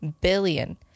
billion